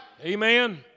Amen